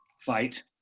fight